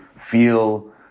feel